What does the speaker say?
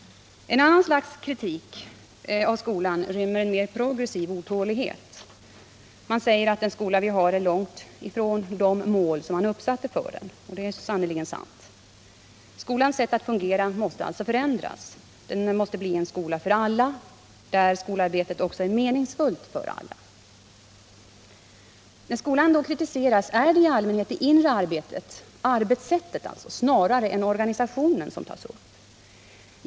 Ett annat slags kritik av skolan rymmer en progressiv otålighet. Man säger att den skola vi har är alltför långt från målen för skolan — och det är sannerligen sant. Skolans sätt att fungera måste alltså förändras. Den måste bli en skola för alla, där skolarbetet också är meningsfullt När skolan kritiseras är det i allmänhet det inre arbetet — arbetssättet snarare än organisationen — som tas upp.